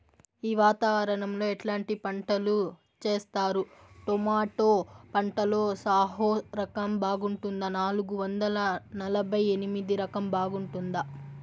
ఈ వాతావరణం లో ఎట్లాంటి పంటలు చేస్తారు? టొమాటో పంటలో సాహో రకం బాగుంటుందా నాలుగు వందల నలభై ఎనిమిది రకం బాగుంటుందా?